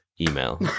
email